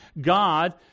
God